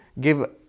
give